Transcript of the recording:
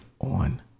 on